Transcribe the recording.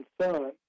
son